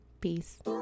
Peace